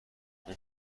اون